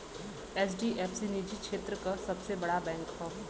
HDFC निजी क्षेत्र क सबसे बड़ा बैंक हौ